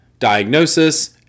diagnosis